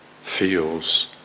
feels